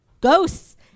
ghosts